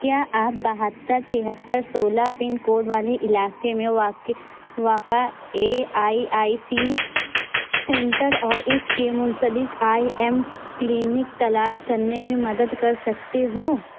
کیا آپ بہتر تہتر سولہ پن کوڈ والے علاقے میں واقعے واقع A I I C centres اور اس سے منسلک آئی ایم کلینک تلاش کرنے میں مدد کر سکتے ہو